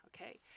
okay